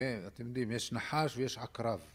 כן, אתם יודעים, יש נחש ויש עקרב